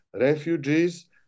refugees